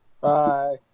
Bye